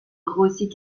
rosie